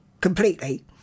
completely